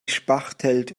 spachtelt